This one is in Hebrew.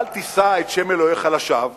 אל תישא את שם אלוהיך לשווא,